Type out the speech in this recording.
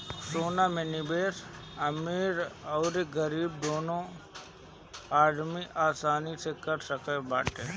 सोना में निवेश अमीर अउरी गरीब दूनो आदमी आसानी से कर सकत बाटे